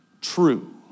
true